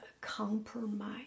compromise